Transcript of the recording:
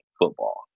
football